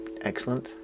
excellent